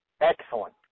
Excellent